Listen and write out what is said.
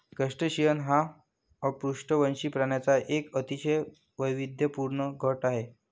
crustacean हा अपृष्ठवंशी प्राण्यांचा एक अतिशय वैविध्यपूर्ण गट आहे